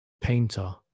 painter